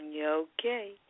Okay